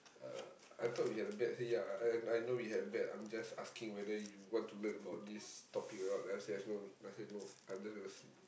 uh I thought we had a bet I say yeah and I know we had a bet I'm just asking whether you want to learn about this topic or not then I said I have no I said no I just want to sleep